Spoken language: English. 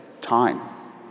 Time